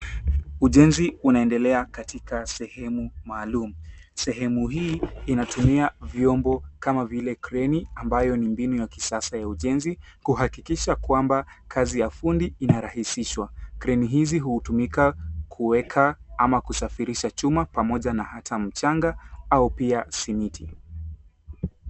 Ujenzi unaendelea katika sehemu maalum. Sehemu hii inatumia vyombo kama vile kreni ambayo ni mbinu ya kisasa ya ujenzi kuhakikisha kwamba kazi ya fundi inarahisishwa. Kreni hizi hutumika kueka ama kusafirisha chuma pamoja na hata mchanga au pia simiti.